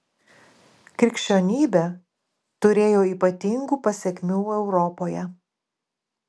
krikščionybė turėjo ypatingų pasekmių europoje